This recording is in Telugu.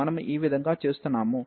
మనము ఈ విధంగా చేస్తున్నాము